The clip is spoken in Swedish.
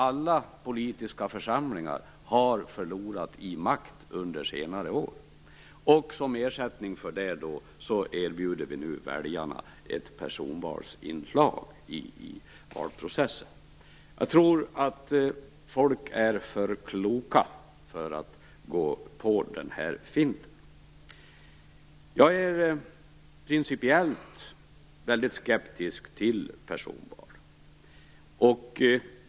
Alla politiska församlingar har förlorat makt under senare år. Som ersättning för detta erbjuder vi nu väljarna ett personvalsinslag i valprocessen. Folk är nog för kloka för att gå på den här finten. Jag är principiellt väldigt skeptisk till personval.